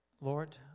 Lord